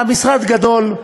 המשרד גדול,